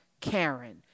Karen